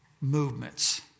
movements